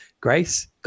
grace